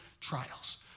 trials